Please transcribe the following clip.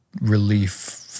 relief